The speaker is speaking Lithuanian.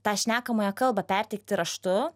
tą šnekamąją kalbą perteikti raštu